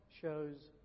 shows